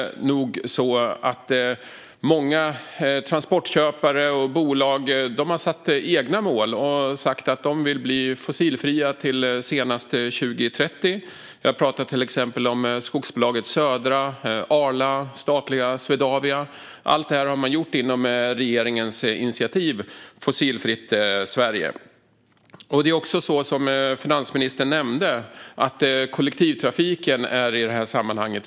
I dag har många transportköpare och bolag glädjande nog satt egna mål och sagt att de vill bli fossilfria senast till 2030. Jag talar om till exempel skogsbolaget Södra, Arla och statliga Swedavia. Allt detta har de gjort inom regeringens initiativ Fossilfritt Sverige. Precis som finansministern nämnde är kollektivtrafiken väldigt viktig i detta sammanhang.